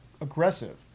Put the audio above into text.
aggressive